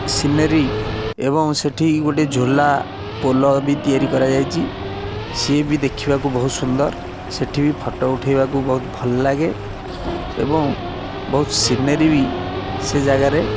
scenery ଏବଂ ସେଠି ଗୋଟେ ଝୁଲାପୋଲ ବି ତିଆରି କରାଯାଇଛି ସିଏ ବି ଦେଖିବାକୁ ବହୁତ ସୁନ୍ଦର ସେଠି ବି ଫଟୋ ଉଠାଇବାକୁ ବହୁତ ଭଲ ଲାଗେ ଏବଂ ବହୁତ ସିନେରୀ ବି ସେ ଜାଗାରେ